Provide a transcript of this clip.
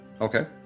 okay